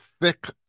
thick